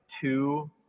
two